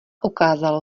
ukázalo